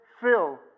fill